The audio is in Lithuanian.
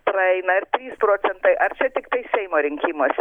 praeina ir trys procentai ar tiktai seimo rinkimuose